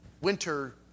winter